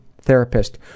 Therapist